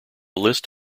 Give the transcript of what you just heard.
list